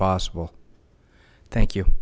possible thank you